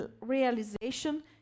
realization